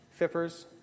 Fippers